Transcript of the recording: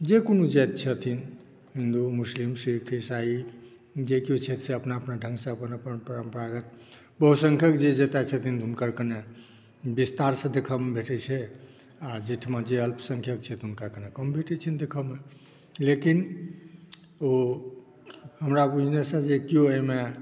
जे कोनो जाति छथिन हिंदू मुस्लिम सिक्ख ईसाई जे केओ छथि से अपना अपना ढंगसे अपन अपन परम्परागत बहुसंख्यक जे जतय छथिन से कनि विस्तारसॅं देख़यमे भेटै छै आ जाहिठाम जे अल्पसंख्यक छथिन हुनका कनि कम भेटै छनि देख़यौमे लेकिन ओ हमरा बुझने से केओ एहिमे